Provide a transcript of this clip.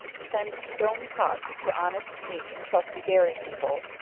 send stone pots to honest, neat, and trusty dairy people,